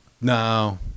No